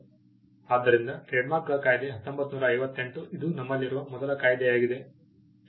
ಆದ್ದರಿಂದ ಟ್ರೇಡ್ಮಾರ್ಕ್ಗಳ ಕಾಯ್ದೆ 1958 ಇದು ನಮ್ಮಲ್ಲಿರುವ ಮೊದಲ ಕಾಯ್ದೆಯಾಗಿದೆ